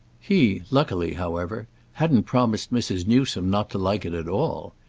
he luckily however hadn't promised mrs. newsome not to like it at all.